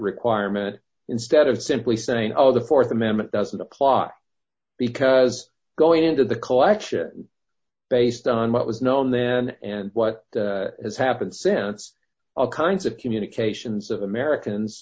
requirement instead of simply saying oh the th amendment doesn't apply because going into the collection based on what was known then and what has happened since all kinds of communications of americans